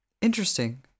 Interesting